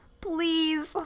Please